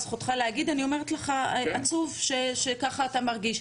זכותך להגיד ואני אומרת לך שעצוב שככה אתה מרגיש.